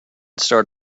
start